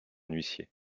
huissier